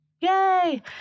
Yay